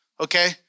Okay